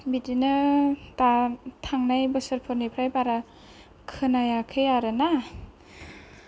बिदिनो दा थांनाय बोसोरफोरनिफ्राय बारा खोनायाखै आरोना